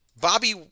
Bobby